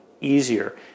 easier